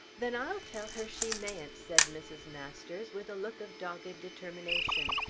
then i shall tell her she mayn't, said mrs. masters, with a look of dogged determination.